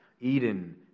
Eden